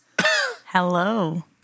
Hello